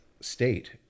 state